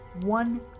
one